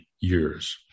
years